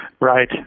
Right